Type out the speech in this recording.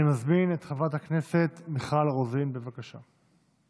אני מזמין את חברת הכנסת מיכל רוזין, בבקשה.